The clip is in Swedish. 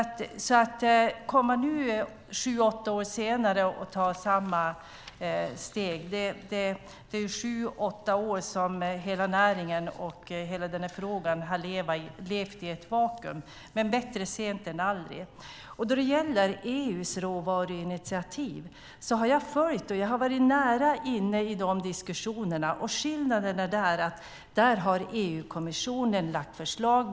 Att komma nu, sju åtta år senare och ta samma steg betyder ju att hela näringen och hela den här frågan har levt sju åtta år i ett vakuum, men bättre sent än aldrig. EU:s råvaruinitiativ har jag följt nära och varit inne i de diskussionerna. Skillnaderna där är att EU-kommissionen lagt fram förslag.